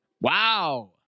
Wow